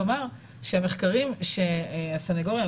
אני רוצה לומר שהמחקרים של הסנגוריה,